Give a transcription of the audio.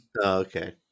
okay